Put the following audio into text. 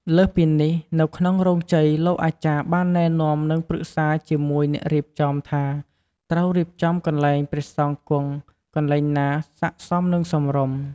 លើសពីនេះនៅក្នុងរោងជ័យលោកអាចារ្យបានណែនាំនិងប្រឹក្សាជាមួយអ្នករៀបចំថាត្រូវរៀបចំកន្លែងព្រះសង្ឃគង់ កន្លែងណាសាកសមនិងសមរម្យ។